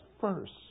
first